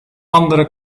andere